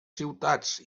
ciutats